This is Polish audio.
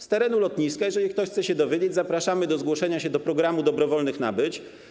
Z terenu lotniska, jeżeli ktoś się chce dowiedzieć, zapraszamy do zgłoszenia się do programu dobrowolnych nabyć.